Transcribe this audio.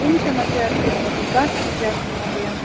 किं समस्या अस्ति महोदयः का समस्या अस्ति महोदयः